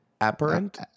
apparent